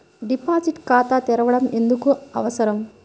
Deposit ఖాతా తెరవడం ఎందుకు అవసరం?